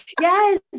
yes